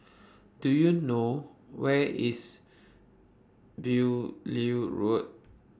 Do YOU know Where IS Beaulieu Road